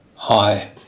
Hi